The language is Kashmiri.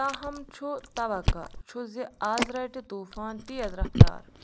تاہم چھُ توقع چھُ زِ از رٹہِ طوفان تیز رفتار